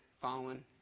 following